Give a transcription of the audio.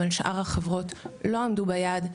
אבל שאר החברות לא עמדו ביעד,